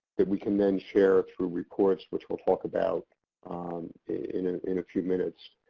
that we can then share through reports, which we'll talk about in ah in few minutes.